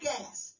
gas